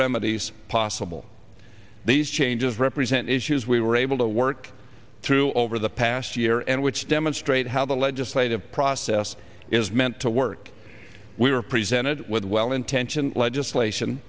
remedies possible these changes represent issues we were able to work through over the past year and which demonstrate how the legislative process is meant to work we were presented with well intentioned legislation